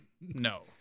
No